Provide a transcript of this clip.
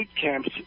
camps